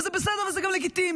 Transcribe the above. זה בסדר וזה גם לגיטימי,